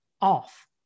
off